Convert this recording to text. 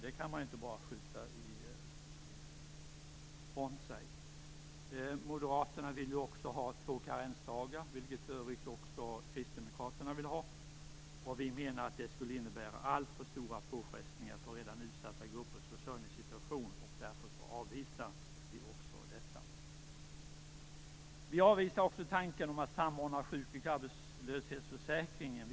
Det kan man inte bara skjuta ifrån sig. Moderaterna vill ju dessutom ha två karensdagar, vilket för övrigt också Kristdemokraterna vill ha. Vi menar att det skulle innebära alltför stora påfrestningar när det gäller redan utsatta gruppers försörjningssituation. Därför avvisar vi också detta. Vi avvisar också tanken om att samordna sjukoch arbetslöshetsförsäkringen.